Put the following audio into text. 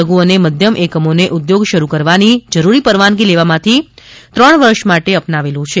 લધુ અને મધ્યમ એકમોને ઉધોગ શરૂ કરવાની જરૂરી પરવાનગી લેવામાંથી ત્રણ વર્ષમા માટે અપનાવેલો છે